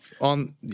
on